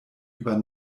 über